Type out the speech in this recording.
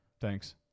Thanks